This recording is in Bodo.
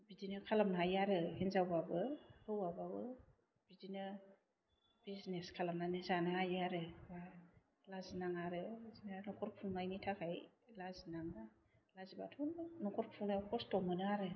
बिदिनो खालामनो हायो आरो हिन्जावबाबो हौवाबाबो बिदिनो बीजनेस खालामनानै जानो हायो आरो बा लाजिनाङा आरो बिदिनो न'खर खुंनायनि थाखाय लाजिनाङा लाजिबाथ' नों न'खर खुंनायाव खस्थ' मोनो आरो